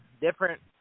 different